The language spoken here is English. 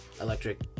electric